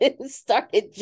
started